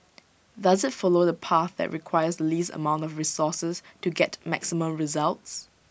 does IT follow the path that requires the least amount of resources to get maximum results